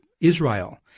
Israel